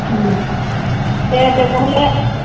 সেই তেনেহ'লে